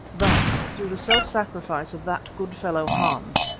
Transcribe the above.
thus through the self-sacrifice of that good fellow, hans,